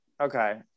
okay